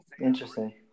Interesting